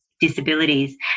disabilities